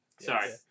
Sorry